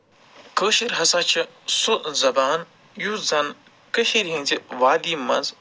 کٲشِر ہسا چھِ سُہ زَبان یُس زَن کٔشیٖر ہِنٛز وادِ منٛز